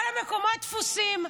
כל המקומות תפוסים.